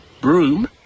Broom